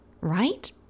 right